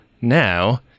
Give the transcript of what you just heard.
now